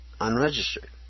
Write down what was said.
unregistered